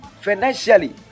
financially